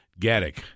Gaddick